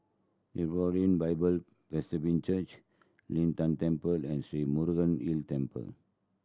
Hebron Bible Presbyterian Church Lin Tan Temple and Sri Murugan Hill Temple